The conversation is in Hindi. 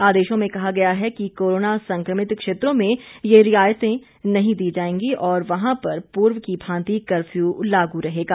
आदेशों में कहा गया है कि कोरोना संक्रमित क्षेत्रों में ये रियायतें नहीं दी जाएगी और वहां पर पूर्व की भांति कर्फ्यू लागू रहेगा